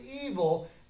evil